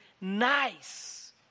nice